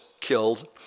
killed